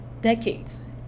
decades